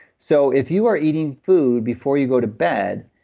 so if you are eating food before you go to bed,